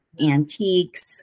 antiques